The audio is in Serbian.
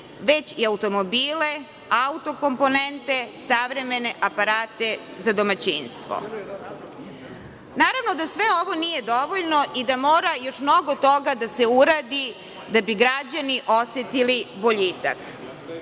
već i automobile, auto komponente, savremene aparate za domaćinstvo. Naravno, da ovo nije dovoljno i da mora još mnogo toga da se uradi da bi građani osetili boljitak.